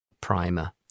primer